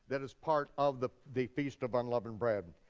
that is part of the the feast of unleavened bread.